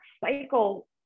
cycle